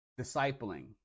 Discipling